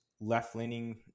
left-leaning